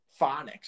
phonics